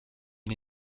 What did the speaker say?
une